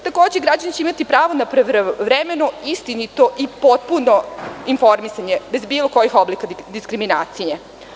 Građani će imati pravo na pravovremeno istinito i potpuno informisanje bez bilo kojih oblika diskriminacije.